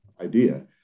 idea